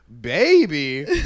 Baby